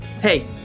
Hey